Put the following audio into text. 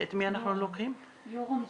יורם שליאר.